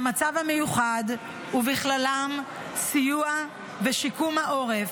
והמצב המיוחד, ובכללם סיוע ושיקום העורף,